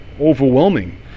overwhelming